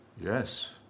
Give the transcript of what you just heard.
yes